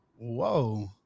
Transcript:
Whoa